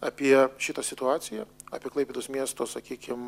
apie šitą situaciją apie klaipėdos miesto sakykim